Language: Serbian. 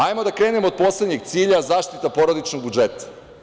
Da krenemo od poslednjeg cilja – zaštita porodičnog budžeta.